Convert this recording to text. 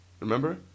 Remember